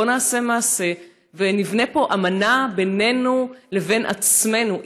בוא נעשה מעשה ונבנה פה אמנה בינינו לבין עצמנו.